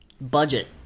budget